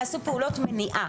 יסמין, נעשו פעולות מניעה.